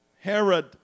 Herod